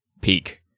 peak